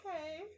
Okay